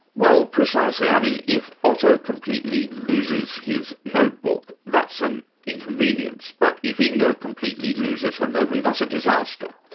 well, precisely. i mean, if otto completely loses his notebook, that's an inconvenience, but if inga completely loses her memory, that's a disaster.